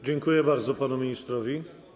Dziękuję bardzo panu ministrowi.